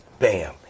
Bam